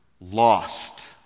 lost